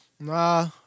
Nah